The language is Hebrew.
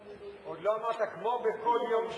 עוד לא אמרת: כמו בכל יום שני,